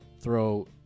throw